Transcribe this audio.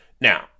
Now